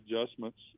adjustments